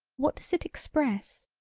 what does it express,